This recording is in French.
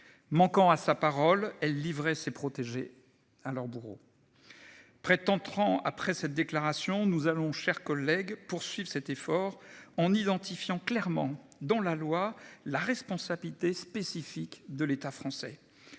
Manquant à sa parole. Elle livrait ses protégés à leurs bourreaux. Prétend entrant après cette déclaration, nous allons chers collègues poursuivent cet effort en identifiant clairement dans la loi la responsabilité spécifique de l'État français.